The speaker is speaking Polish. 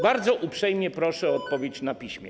Bardzo uprzejmie proszę o odpowiedź na piśmie.